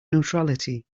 neutrality